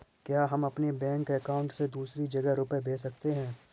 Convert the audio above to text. क्या हम अपने बैंक अकाउंट से दूसरी जगह रुपये भेज सकते हैं?